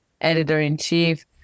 editor-in-chief